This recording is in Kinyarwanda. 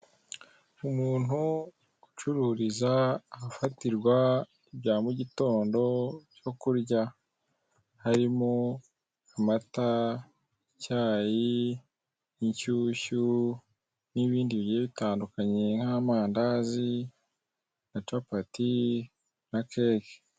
Umuntu ucururiza ahafatirwa ibya mu mugitondo byo kurya; harimo amata, icyayi, ishyushyu n'ibindi bigiye bitandukanye nk'amandazi na capati na keke.